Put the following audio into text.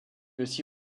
aussi